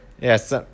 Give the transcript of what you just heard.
yes